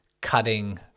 cutting